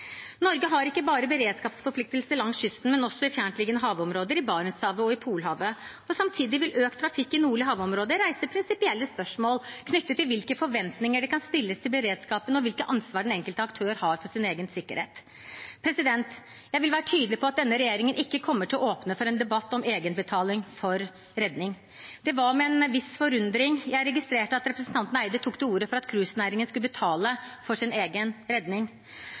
Norge har ikke bare beredskapsforpliktelser langs kysten, men også i fjerntliggende havområder i Barentshavet og i Polhavet. Samtidig vil økt trafikk i nordlige havområder reise prinsipielle spørsmål knyttet til hvilke forventninger det stilles til beredskapen, og hvilket ansvar den enkelte aktør har for sin egen sikkerhet. Jeg vil være tydelig på at denne regjeringen ikke kommer til å åpne for en debatt om egenbetaling for redning. Det var med en viss forundring jeg registrerte at representanten Nævra tok til orde for at cruisenæringen skulle betale for sin egen redning.